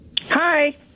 Hi